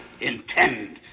intend